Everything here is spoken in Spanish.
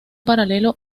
paralelo